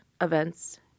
events